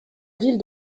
ville